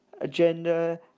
Agenda